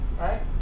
right